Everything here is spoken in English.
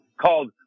called